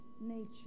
nature